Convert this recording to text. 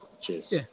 Cheers